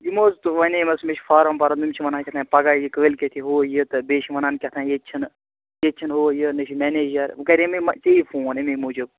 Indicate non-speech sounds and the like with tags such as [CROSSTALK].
یِمو حظ تہٕ [UNINTELLIGIBLE] مےٚ چھُ فارم بَرُن یِم چھِ وَنان کہتانۍ پگاہ یہِ کٲلکٮ۪تھ یہِ ہُہ یہِ بیٚیہِ چھِ وَنان کہتانۍ ییٚتہِ چھِنہٕ ییٚتہِ چھِنہٕ ہُہ یہِ نَہ چھُ مٮ۪نیجر وٕ کَرے مےٚ مَہ ژے فون امے موٗجوٗب